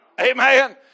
Amen